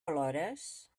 plores